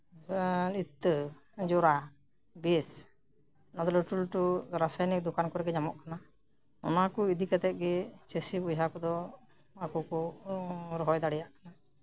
ᱤᱛᱟᱹ ᱡᱚᱲᱟ ᱵᱮᱥ ᱚᱱᱟ ᱫᱚ ᱞᱟᱹᱴᱩ ᱞᱟᱹᱴᱩ ᱨᱟᱥᱟᱭᱚᱱᱤᱠ ᱫᱚᱠᱟᱱ ᱠᱚᱨᱮ ᱜᱮ ᱧᱟᱢᱚᱜ ᱠᱟᱱᱟ ᱚᱱᱟ ᱠᱚ ᱤᱫᱤ ᱠᱟᱛᱮᱜ ᱜᱮ ᱪᱟᱹᱥᱤ ᱵᱚᱭᱦᱟ ᱠᱚᱫᱚ ᱟᱠᱚ ᱠᱚ ᱨᱚᱦᱚᱭ ᱫᱟᱲᱮᱭᱟᱜ ᱠᱟᱱᱟ